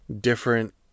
different